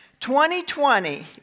2020